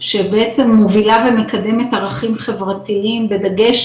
שבעצם מובילה ומקדמת ערכים חברתיים ודגש